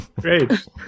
Great